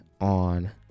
on